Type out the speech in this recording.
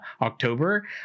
October